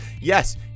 Yes